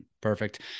perfect